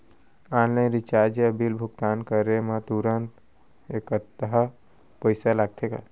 Online recharge या bill भुगतान करे मा तुरंत अक्तहा पइसा लागथे का?